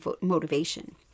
motivation